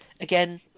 Again